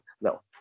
no